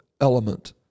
element